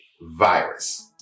virus